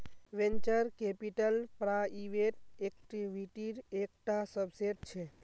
venture capital private इक्विटीर एक टा सबसेट छे